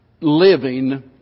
living